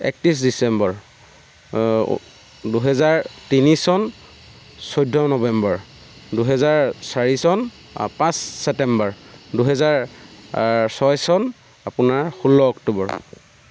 একত্ৰিছ ডিচেম্বৰ দুহাজাৰ তিনি চন চৈধ্য নৱেম্বৰ দুহাজাৰ চাৰি চন পাঁচ ছেপ্তেম্বৰ দুহাজাৰ ছয় চন আপোনাৰ ষোল্ল অক্টোবৰ